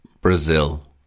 Brazil